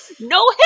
No